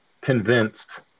convinced